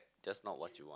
that's not what you want